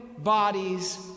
bodies